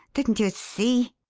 didn't you see?